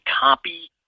copy